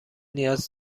نیاز